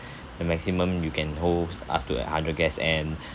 the maximum you can host up to a hundred guests and